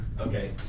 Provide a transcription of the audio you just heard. okay